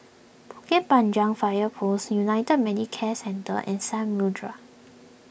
Bukit Panjang Fire Post United Medicare Centre and Samudera